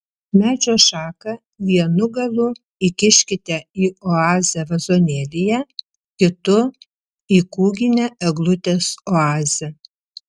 medžio šaką vienu galu įkiškite į oazę vazonėlyje kitu į kūginę eglutės oazę